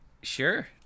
Sure